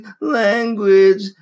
language